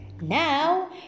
Now